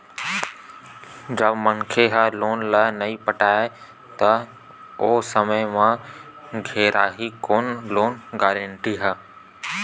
जब मनखे ह लोन ल नइ पटाही त ओ समे म घेराही कोन लोन गारेंटर ह